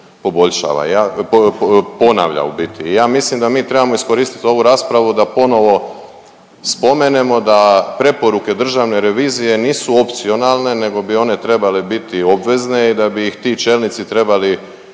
poboljšavanja, ponavlja u biti. I ja mislim da mi trebamo iskoristit ovu raspravu da ponovno spomenemo da preporuke državne revizije nisu opcionalne nego bi one trebale biti obvezne i da bi ih ti čelnici trebali